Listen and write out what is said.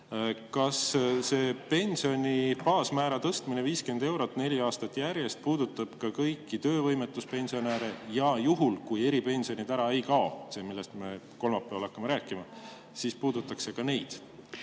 Kas see pensioni baasmäära tõstmine 50 eurot neli aastat järjest puudutab kõiki töövõimetuspensionäre, ja juhul, kui eripensionid ära ei kao – see, millest me kolmapäeval hakkame rääkima –, siis puudutab see ka